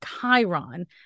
Chiron